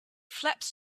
flaps